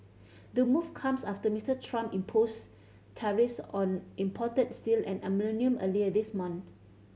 the move comes after Mister Trump imposed tariffs on imported steel and aluminium earlier this month